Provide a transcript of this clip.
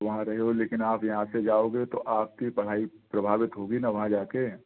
वहाँ रहे हो लेकिन आप यहाँ से जाओगे तो आपकी पढ़ाई प्रभावित होगी न वहाँ जा कर